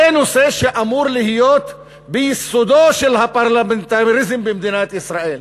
זה נושא שאמור להיות ביסודו של הפרלמנטריזם במדינת ישראל.